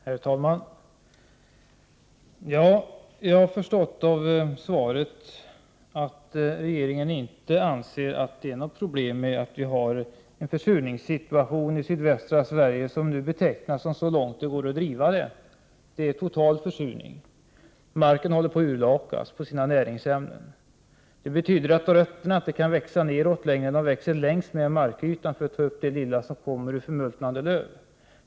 Herr talman! Jag har förstått av svaret att regeringen inte anser det vara något problem att vi har en försurningssituation i sydvästra Sverige som nu betecknas som total försurning. Marken håller på att urlakas på sina näringsämnen. Det betyder att rötterna inte kan växa neråt utan växer längs med markytan för att få upp det lilla som kommer från förmultnade löv.